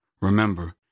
Remember